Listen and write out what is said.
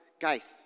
guys